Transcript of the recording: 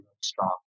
strong